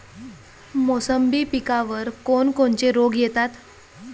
मोसंबी पिकावर कोन कोनचे रोग येतात?